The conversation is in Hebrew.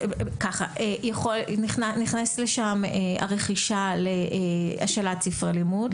ככה: נכנסת לשם הרכישה להשאלת ספרי לימוד,